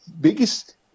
biggest